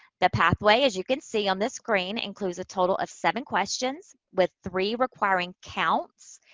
the pathway, as you can see on this screen, includes a total of seven questions with three requiring counts,